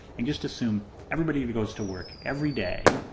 and just assume everybody but goes to work everyday,